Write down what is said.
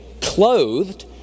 clothed